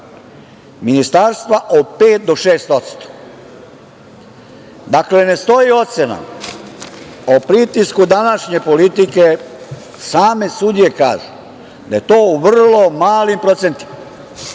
ministarstva od 5 do 6%. Dakle, ne stoji ocena o pritisku današnje politike same sudije kažu da je to u vrlo malim procentima. Da